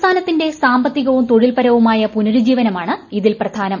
സംസ്ഥാനത്തിന്റെ സാമ്പത്തികവും തൊഴിൽപരവുമായ പുനരുജ്ജീവനമാണ് ഇതിൽ പ്രധാനം